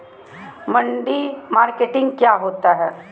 मंडी मार्केटिंग क्या होता है?